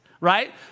right